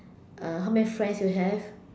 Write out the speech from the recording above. uh how many friends you have